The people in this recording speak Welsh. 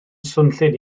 swnllyd